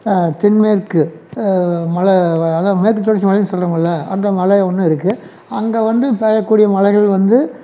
தென்மேற்கு மழை அதான் மேற்குத்தொடர்ச்சி மலைன்னு சொல்லுவாங்கல்ல அந்த மலை ஒன்று இருக்கு அங்கே வந்து பேயக்கூடிய மழைகள் வந்து